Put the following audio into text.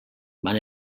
van